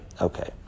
Okay